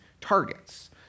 targets